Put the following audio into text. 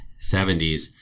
70s